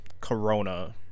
Corona